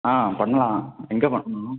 ஆ பண்ணலாம் எங்கே பண்ணணும்